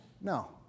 No